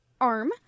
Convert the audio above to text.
arm